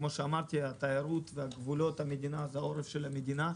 כמו שאמרתי התיירות וגבולות המדינה זה העורף של המדינה,